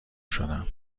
شدم